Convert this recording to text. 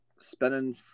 Spending